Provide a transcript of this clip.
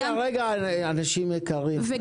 אנשים יקרים,